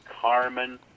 Carmen